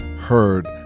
heard